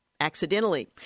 Accidentally